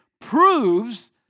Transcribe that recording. proves